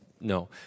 No